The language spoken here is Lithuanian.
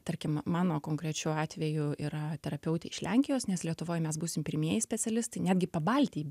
tarkim mano konkrečiu atveju yra terapeutė iš lenkijos nes lietuvoj mes būsim pirmieji specialistai netgi pabaltijy